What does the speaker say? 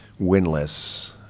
winless